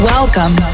Welcome